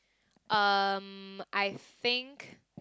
um I think